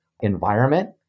environment